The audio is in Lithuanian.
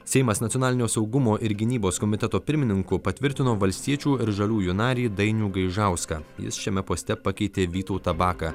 seimas nacionalinio saugumo ir gynybos komiteto pirmininku patvirtino valstiečių ir žaliųjų narį dainių gaižauską jis šiame poste pakeitė vytautą baką